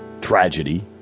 Tragedy